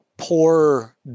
poor